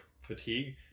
fatigue